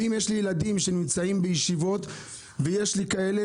ואם יש לי ילדים שנמצאים בישיבות ויש לי כאלה